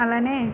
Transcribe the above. అలానే